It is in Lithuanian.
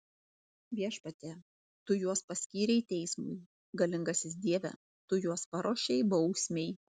viešpatie tu juos paskyrei teismui galingasis dieve tu juos paruošei bausmei